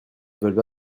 veulent